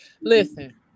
Listen